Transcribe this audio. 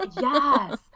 yes